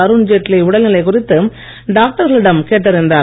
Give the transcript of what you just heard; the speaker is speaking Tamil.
அருண்ஜேட்லி உடல்நிலை குறித்து டாக்டர்களிடம் கேட்டறிந்தார்